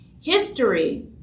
History